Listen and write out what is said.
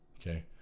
okay